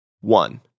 one